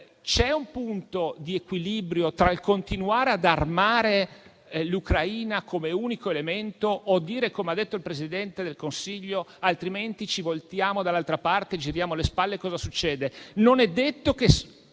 c'è un punto di equilibrio tra il continuare ad armare l'Ucraina come unico elemento o dire - come ha fatto il Presidente del Consiglio - altrimenti ci voltiamo dall'altra parte, giriamo le spalle, cosa succede. Non è detto che